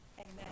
Amen